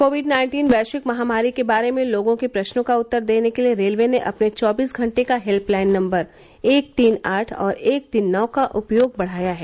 Covid nineteen वैश्विक महामारी के बारे में लोगों के प्रश्नों का उत्तर देने के लिए रेलवे ने अपने चौबीस घंटे का हेल्पलाइन नंबर एक तीन आठ और एक तीन नौ का उपयोग बढ़ाया है